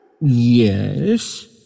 Yes